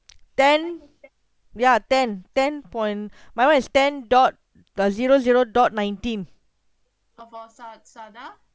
ten ya ten point my one is ten dot zero zero dot nineteen saga of sa~ sada